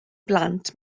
blant